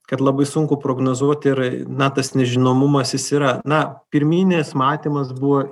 kad labai sunku prognozuot ir na tas nežinomumas jis yra na pirminis matymas buvo